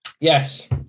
Yes